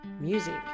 music